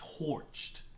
Torched